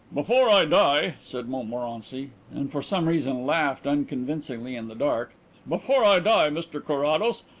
before i die, said montmorency and for some reason laughed unconvincingly in the dark before i die, mr carrados,